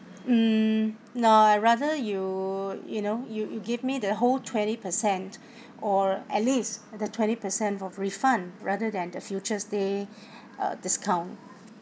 mm no I rather you you know you you give me the whole twenty percent or at least the twenty percent of refund rather than the future stay um discount